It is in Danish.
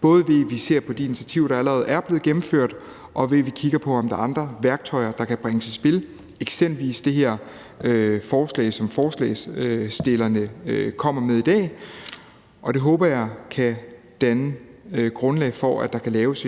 både ved at vi ser på de initiativer, der allerede er blevet gennemført, og ved at vi kigger på, om der er andre værktøjer, der kan bringes i spil, eksempelvis det her forslag, som forslagsstillerne kommer med her. Det håber jeg kan danne grundlag for, at der kan laves